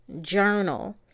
Journal